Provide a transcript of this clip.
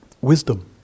wisdom